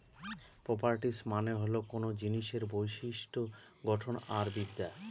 properties মানে হল কোনো জিনিসের বিশিষ্ট্য গঠন আর বিদ্যা